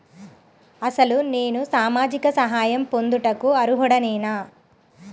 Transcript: అసలు నేను సామాజిక సహాయం పొందుటకు అర్హుడనేన?